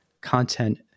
content